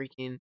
freaking